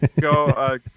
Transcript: go